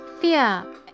fear